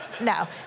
No